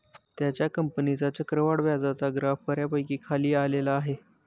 त्याच्या कंपनीचा चक्रवाढ व्याजाचा ग्राफ बऱ्यापैकी खाली आलेला आहे